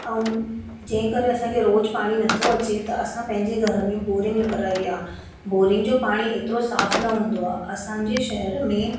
ऐं जंहिं करे असांखे रोज पाणी न थो अचे त असां पंहिंजे घर में बोरिंग लॻराई आहे बोरिंग जो पाणी एतिरो साफ न हूंदो आहे असांजे शहर में